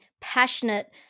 passionate